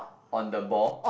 on the ball